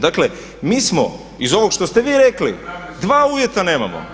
Dakle, mi smo iz ovog što ste vi rekli dva uvjeta nemamo.